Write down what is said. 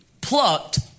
plucked